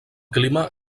clima